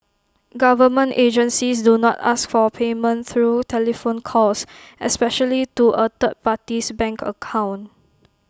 government agencies do not ask for payment through telephone calls especially to A third party's bank account